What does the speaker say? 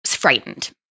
Frightened